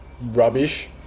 rubbish